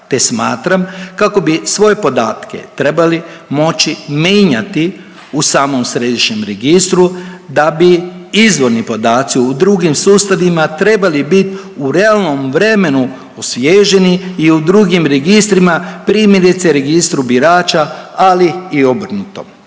te smatram kako bi svoje podatke trebali moći menjati u samom središnjem registru, da bi izvorni podaci u drugim sustavima trebali bit u realnom vremenu osvježeni i u drugim registrima primjerice Registru birača, ali i obrnuto.